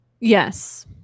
Yes